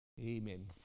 Amen